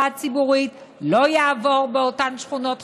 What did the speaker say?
הציבורית לא יעבור באותן שכונות חרדיות.